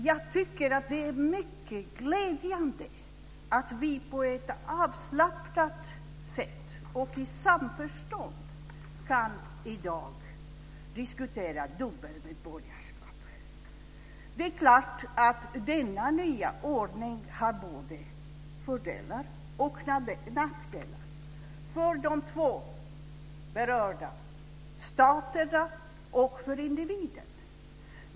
Jag tycker att det är mycket glädjande att vi på ett avslappnat sätt och i samförstånd i dag kan diskutera dubbelt medborgarskap. Det är klart att denna nya ordning har både fördelar och nackdelar för de två berörda staterna och för individen.